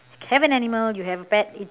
care for an animal you have a pet